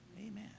Amen